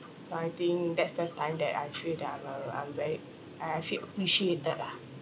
I think that's the time that I actually that I'm uh I'm very I actually appreciate that ah